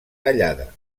tallada